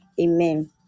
Amen